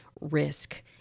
risk